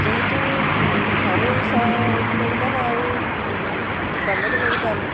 ଯେହେତୁ ଘରୋଇ ସ ମେଡ଼ିକାଲ ଆଉ ଗଭର୍ଣ୍ଣମେଣ୍ଟ ମେଡ଼ିକାଲ